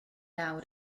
lawr